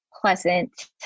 pleasant